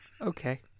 Okay